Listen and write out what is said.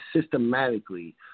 systematically